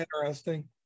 interesting